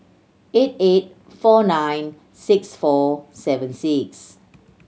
eight eight four nine six four seven six